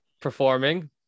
performing